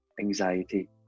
anxiety